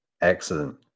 Excellent